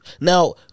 Now